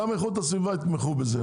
גם איכות הסביבה יתמכו בזה.